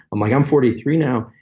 i'm like. i'm forty three now,